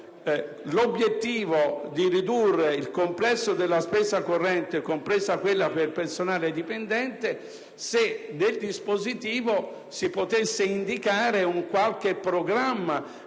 è quello di ridurre il complesso della spesa corrente, compresa quella per il personale dipendente, allora mi chiedevo se nel dispositivo si potesse indicare un qualche programma